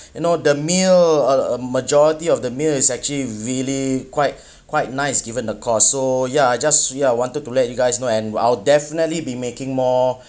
you know the meal uh a majority of the meal is actually really quite quite nice given the cost so ya I just ya wanted to let you guys know and I'll definitely be making more